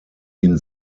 ihn